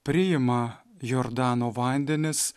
priima jordano vandenis